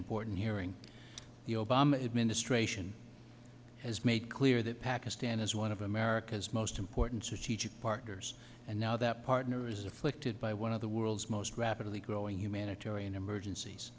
important hearing the obama administration has made clear that pakistan is one of america's most important strategic partners and now that partner is afflicted by one of the world's most rapidly growing humanitarian emergencies